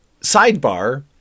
Sidebar